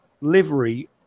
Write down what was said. livery